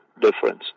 difference